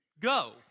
go